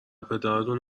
پدراتون